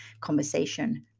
conversation